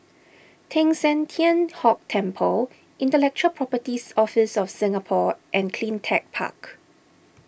Teng San Tian Hock Temple Intellectual Properties Office of Singapore and CleanTech Park